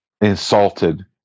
insulted